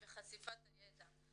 וחשיפת הידע.